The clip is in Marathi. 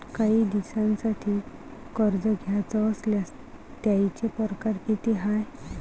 कायी दिसांसाठी कर्ज घ्याचं असल्यास त्यायचे परकार किती हाय?